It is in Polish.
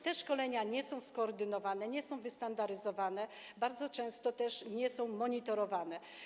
Te szkolenia nie są skoordynowane, nie są wystandaryzowane, bardzo często też nie są monitorowane.